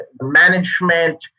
management